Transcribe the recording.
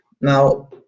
now